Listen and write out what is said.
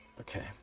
Okay